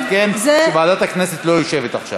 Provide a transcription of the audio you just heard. רוצה לעדכן שוועדת הכנסת לא יושבת עכשיו.